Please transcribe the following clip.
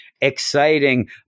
Exciting